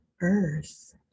earth